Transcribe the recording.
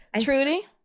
Trudy